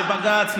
לבג"ץ,